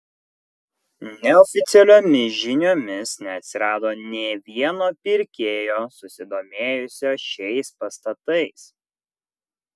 neoficialiomis žiniomis neatsirado nė vieno pirkėjo susidomėjusio šiais pastatais